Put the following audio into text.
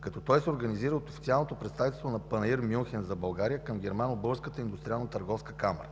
като той се организира от официалното представителство на „Панаир Мюнхен” за България към Германо-българската индустриално-търговска камара.